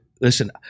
listen